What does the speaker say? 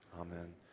Amen